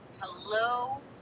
Hello